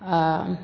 आ